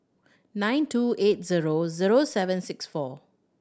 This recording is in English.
nine two eight zero zero seven six four